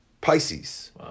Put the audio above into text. Pisces